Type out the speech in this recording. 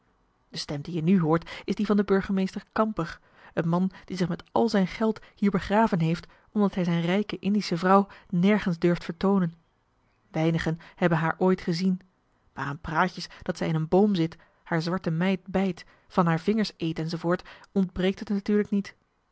stem die je nu hoort is die van den burgemeester kamper een man die zich met al zijn geld hier begraven heeft omdat hij zijn rijke indische vrouw nergens durft vertoonen weinigen hebben haar ooit gezien maar aan praatjes dat zij in een boom zit haar zwarte meid bijt van marcellus emants een drietal novellen haar vingers eet enz ontbreekt het natuurlijk niet